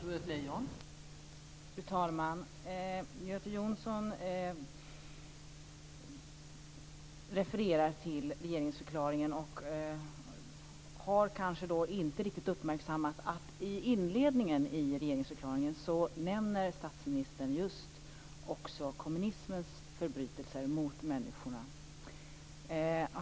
Fru talman! Göte Jonsson refererar till regeringsförklaringen och har kanske inte riktigt uppmärksammat att statsministern i inledningen av regeringsförklaringen nämner just kommunismens förbrytelser mot människorna.